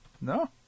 no